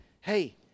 hey